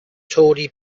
tawdry